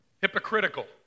Hypocritical